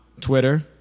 Twitter